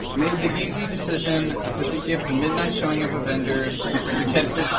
made the easy decision to skip the midnight showing of avengers to catch the